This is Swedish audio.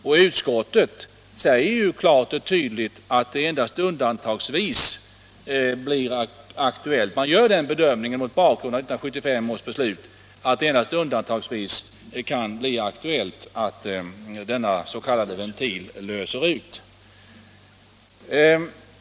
Och utskottet säger klart och tydligt — mot bakgrund av 1975 års beslut — att det endast undantagsvis kan bli aktuellt att denna s.k. ventil löser ut.